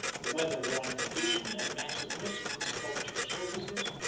the weather-worn condition and massiveness of the sculptured surfaces,